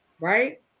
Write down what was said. Right